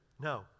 No